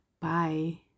Bye